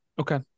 Okay